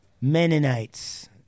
Mennonites